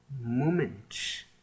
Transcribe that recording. moment